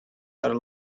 are